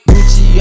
Gucci